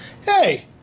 Hey